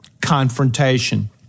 confrontation